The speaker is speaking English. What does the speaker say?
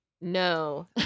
No